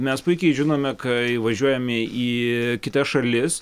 mes puikiai žinome kai įvažiuojame į kitas šalis